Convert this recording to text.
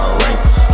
ranks